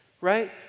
right